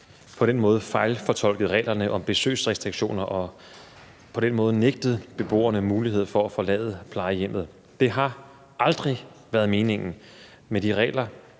på den måde har fejlfortolket reglerne om besøgsrestriktioner og på den måde nægtet beboerne mulighed for at forlade plejehjemmet. Det har aldrig været meningen med de regler